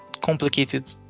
complicated